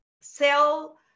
sell